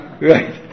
Right